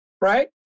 Right